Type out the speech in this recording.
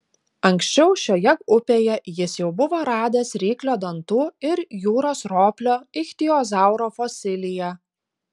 anksčiau šioje upėje jis jau buvo radęs ryklio dantų ir jūros roplio ichtiozauro fosiliją